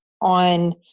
on